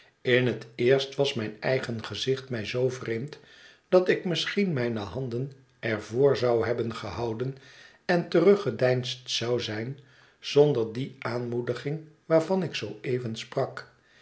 in het eerst was mijn eigen gezicht mij zoo vreemd dat ik misschien mijne handen er voor zou hebben gehouden en teruggedeinsd zou zijn zonder die aanmoediging waarvan ik zoo even sprak